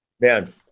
Man